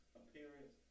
appearance